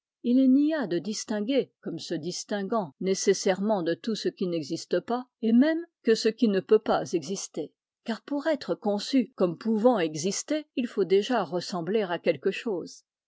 il n'y a de distingué comme se distinguant nécessairement de tout que ce qui n'existe pas et même que ce qui ne peut pas exister car pour être conçu comme pouvant exister il faut déjà ressembler à quelque chose